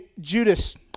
Judas